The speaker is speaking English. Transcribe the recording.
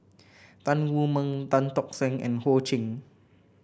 Tan Wu Meng Tan Tock Seng and Ho Ching